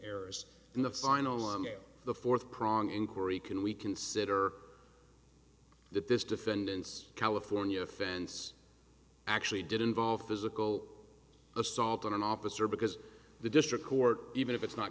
errors in the final on the fourth prong inquiry can we consider that this defendant's california offense actually did involve physical assault on an officer because the district court even if it's not